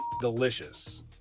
delicious